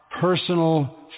personal